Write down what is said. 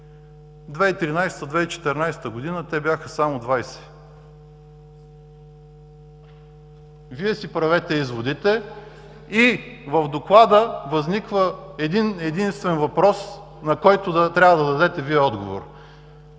2013, 2014 г. те бяха само 20. Вие си правете изводите. В доклада възниква един-единствен въпрос, на който Вие трябва да дадете отговор: